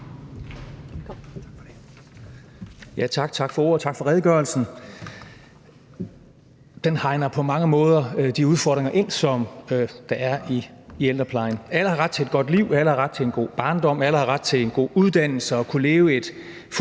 Tak for ordet, og tak for redegørelsen. Den hegner på mange måder de udfordringer ind, der er i ældreplejen. Alle har ret til et godt liv, alle har ret til en god barndom, alle har ret til en god uddannelse og til at kunne leve et